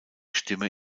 stimme